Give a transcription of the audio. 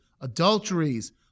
adulteries